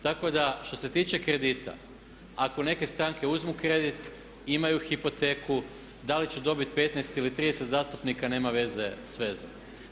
Tako da što se tiče kredita, ako neke stranke uzmu kredit, imaju hipoteku, da li će dobiti 15 ili 30 zastupnika nema veze s vezom.